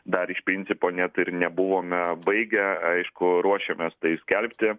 dar iš principo net ir nebuvome baigę aišku ruošiamės tai skelbti